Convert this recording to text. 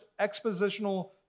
expositional